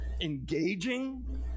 engaging